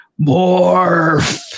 Morph